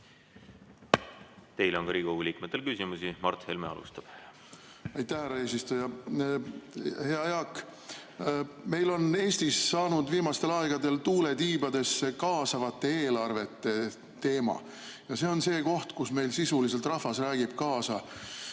Teile on Riigikogu liikmetel ka küsimusi. Mart Helme alustab. Aitäh, härra eesistuja! Hea Jaak! Meil on Eestis saanud viimastel aegadel tuule tiibadesse kaasavate eelarvete teema. See on see koht, kus sisuliselt rahvas räägib kaasa